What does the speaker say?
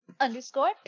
underscore